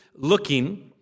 looking